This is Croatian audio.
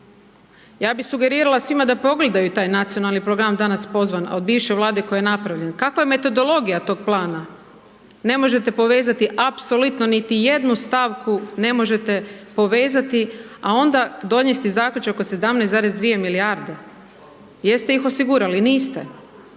Ja bi sugerirala svima da pogledaju taj nacionalni program danas pozvan a od bivše vlade koja je napravljen, kakva je metodologija tog plana, ne možete povezati apsolutno niti jednu stavku ne možete povezati, a onda donijeti zaključak od 17,2 milijarde. Jeste ih osigurali, niste.